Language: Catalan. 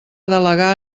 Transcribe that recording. delegar